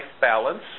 balance